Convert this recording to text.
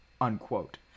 unquote